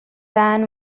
than